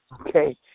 Okay